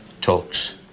talks